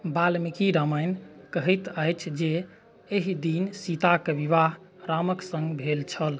बाल्मीकि रामायण कहैत अछि जे एहि दिन सीताक विवाह रामक सङ्ग भेल छल